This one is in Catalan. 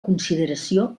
consideració